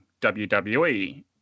WWE